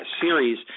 series